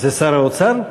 זה שר האוצר?